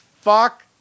Fuck